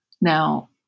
Now